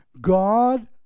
God